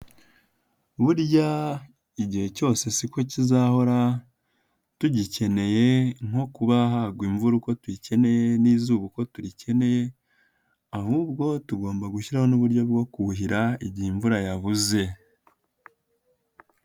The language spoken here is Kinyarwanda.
Burya igihe cyose siko kizahora tugikeneye nko kubahagwa imvura uko tuyikeneye n'izuba uko turikeneye, ahubwo tugomba gushyiraho n'uburyo bwo kuhira igihe imvura yabuze.